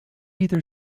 either